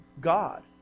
God